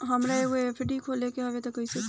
हमरा एगो एफ.डी खोले के हवे त कैसे खुली?